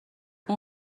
اون